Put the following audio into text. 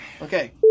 Okay